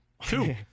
two